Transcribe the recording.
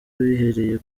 bihereye